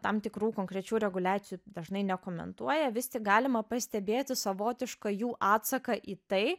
tam tikrų konkrečių reguliacijų dažnai nekomentuoja vis tik galima pastebėti savotišką jų atsaką į tai